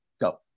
Go